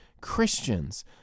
Christians